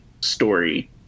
story